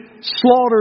slaughtered